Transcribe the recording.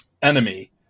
enemy